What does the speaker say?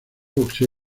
boxeo